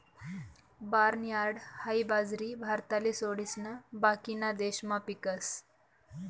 barnyard हाई बाजरी भारतले सोडिसन बाकीना देशमा पीकस